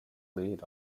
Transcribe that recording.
lead